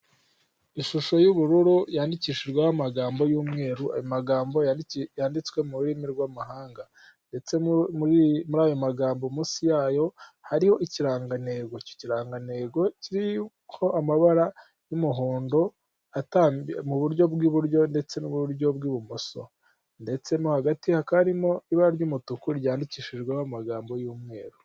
Ishusho y'ubururu yandikishijweho amagambo y'umweru, ayo magambo yanditswe mu rurimi rw'amahanga ndetse muri ayo magambo munsi yayo, hariho ikirangantego. Icyo kirangantego kiriho amabara y'umuhondo, mu buryo bw'iburyo ndetse n'uburyo bw'ibumoso ndetse mo hagati hakaba harimo ibara ry'umutuku ryandikishijweho amagambo y'umweru.